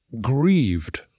grieved